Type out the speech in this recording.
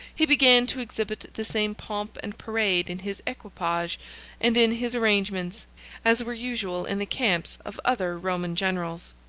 he began to exhibit the same pomp and parade in his equipage and in his arrangements as were usual in the camps of other roman generals.